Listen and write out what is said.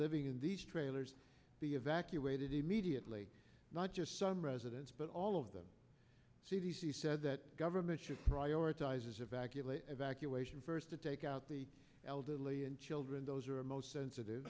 living in these trailers be evacuated immediately not just some residents but all of the c d c said that government should prioritize evacuation evacuation first to take out the elderly and children those are most sensitive